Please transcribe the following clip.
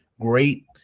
great